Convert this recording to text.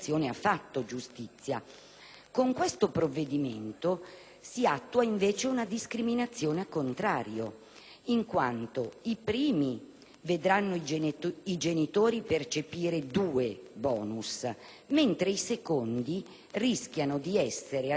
in esame, però, si attua una discriminazione *a contrario*, in quanto i primi vedranno i genitori percepire due *bonus*, mentre i secondi rischiano di essere addirittura esclusi,